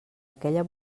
aquella